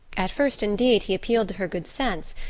at first, indeed, he appealed to her good sense,